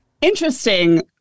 Interesting